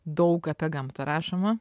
daug apie gamtą rašoma